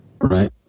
Right